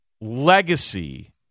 legacy